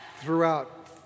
Throughout